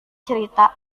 cerita